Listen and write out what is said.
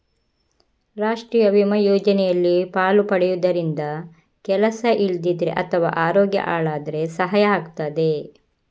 ರಾಷ್ಟೀಯ ವಿಮಾ ಯೋಜನೆಯಲ್ಲಿ ಪಾಲು ಪಡೆಯುದರಿಂದ ಕೆಲಸ ಇಲ್ದಿದ್ರೆ ಅಥವಾ ಅರೋಗ್ಯ ಹಾಳಾದ್ರೆ ಸಹಾಯ ಆಗ್ತದೆ